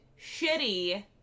shitty